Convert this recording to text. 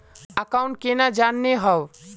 Account केना जाननेहव?